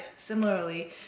similarly